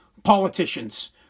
politicians